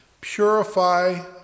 purify